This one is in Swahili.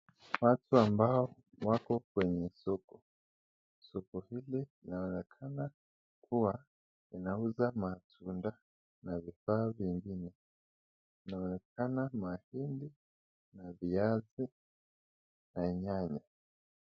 Watu ambao wako kwenye soko, soko hili linaonyesha wanauza matunda na vifaa vingine, inaonekana mahindi na viazi na nyanya.